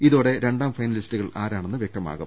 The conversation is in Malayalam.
ഇതോടെ രണ്ടാം ഫൈനലിസ്റ്റുകൾ ആരാ ണെന്ന് വൃക്തമാകും